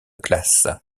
classes